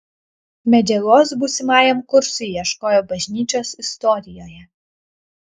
medžiagos būsimajam kursui ieškojo bažnyčios istorijoje